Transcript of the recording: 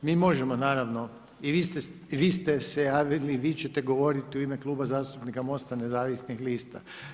Mi možemo naravno, i vi ste se javili, vi ćete govoriti u ime Kluba zastupnika MOST-a nezavisnih lista.